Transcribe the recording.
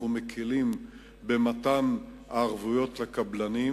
אנחנו מקלים במתן ערבויות לקבלנים,